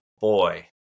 boy